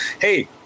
hey